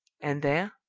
and there,